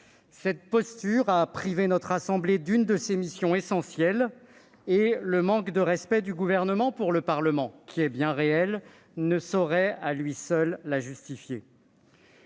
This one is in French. Cette posture a privé notre assemblée de l'une de ses missions essentielles, et le manque de respect du Gouvernement pour le Parlement, qui est bien réel, ne saurait à lui seul la justifier.